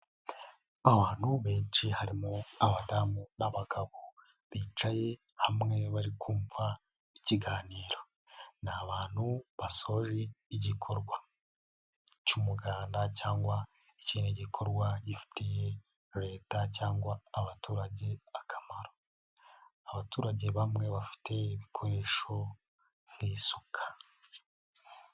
Abantu benshi harimo abadamu n'abagabo bicaye hamwe bari kumva ikiganiro, ni abantu basoje igikorwa cy'umuganda cyangwa ikindi gikorwa gifitiye Leta cyangwa abaturage akamaro, abaturage bamwe bafite ibikoresho nk'isuka.